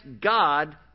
God